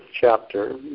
chapter